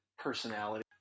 personality